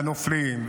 הנופלים,